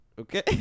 Okay